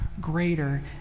greater